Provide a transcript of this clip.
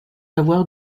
avoir